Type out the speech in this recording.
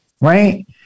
right